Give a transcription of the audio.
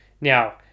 Now